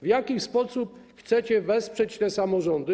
W jaki sposób chcecie wesprzeć te samorządy?